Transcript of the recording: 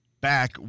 back